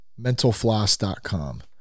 mentalfloss.com